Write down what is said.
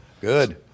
Good